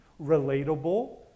relatable